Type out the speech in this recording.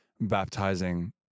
baptizing